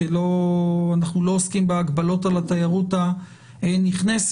כי אנחנו לא עוסקים בהגבלות על התיירות הנכנסת,